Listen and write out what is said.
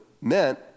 meant